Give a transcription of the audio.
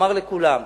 ותאמר לכולם,